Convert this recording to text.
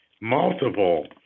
multiple